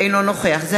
אינו נוכח אילן גילאון,